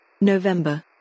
November